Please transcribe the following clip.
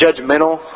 judgmental